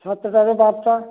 ସାତଟା ରୁ ବାରଟା